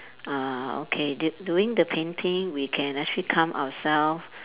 uh okay d~ doing the painting we can actually calm ourself